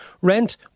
Rent